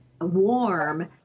warm